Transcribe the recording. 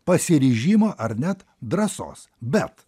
pasiryžimo ar net drąsos bet